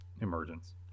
emergence